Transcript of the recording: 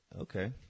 Okay